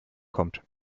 kommt